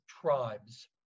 tribes